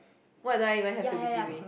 what do I even have to begin with